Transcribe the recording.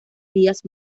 vías